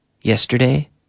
Yesterday